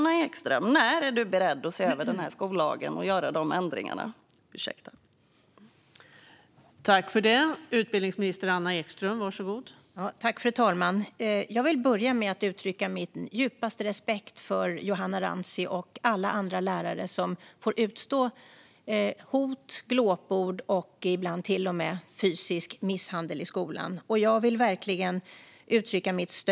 När är du beredd att se över skollagen och göra dessa ändringar, Anna Ekström?